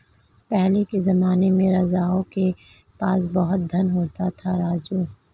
पहले के जमाने में राजाओं के पास बहुत धन होता था, राजू